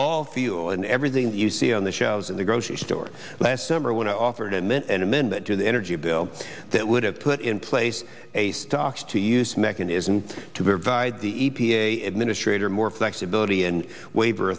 all fuel and everything you see on the shelves in the grocery store last summer when i offered and then an amendment to the energy bill that would have put in place a stocks to use mechanisms to provide the e p a administrator more flexibility and waive